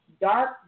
dark